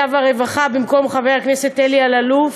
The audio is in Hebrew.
והרווחה במקום חבר הכנסת אלי אלאלוף,